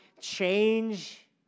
change